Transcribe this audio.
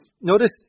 Notice